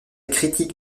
critique